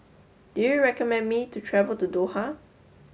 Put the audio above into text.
do you recommend me to travel to Doha